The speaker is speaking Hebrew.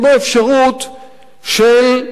אין בו אפשרות של גמישות,